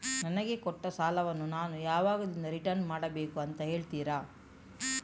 ನನಗೆ ಕೊಟ್ಟ ಸಾಲವನ್ನು ನಾನು ಯಾವಾಗದಿಂದ ರಿಟರ್ನ್ ಮಾಡಬೇಕು ಅಂತ ಹೇಳ್ತೀರಾ?